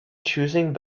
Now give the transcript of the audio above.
choosing